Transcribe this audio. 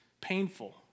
painful